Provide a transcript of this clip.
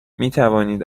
میتوانید